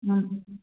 ம்